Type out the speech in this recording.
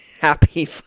happy